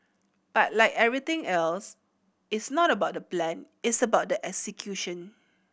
but like everything else it's not about the plan it's about the execution